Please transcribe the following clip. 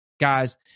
guys